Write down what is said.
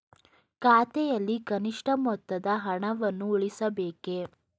ಖಾತೆಯಲ್ಲಿ ಕನಿಷ್ಠ ಮೊತ್ತದ ಹಣವನ್ನು ಉಳಿಸಬೇಕೇ?